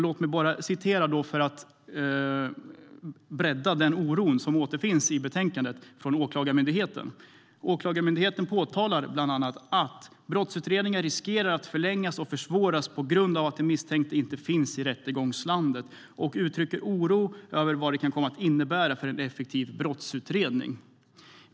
Låt mig citera vad man i betänkandet skriver om Åklagarmyndighetens remissvar: "Åklagarmyndigheten påtalar bl.a. att brottsutredningar riskerar att förlängas och försvåras på grund av att den misstänkte inte finns i rättegångslandet och uttrycker oro över vad det kan komma att innebära för en effektiv brottsutredning."